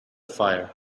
fire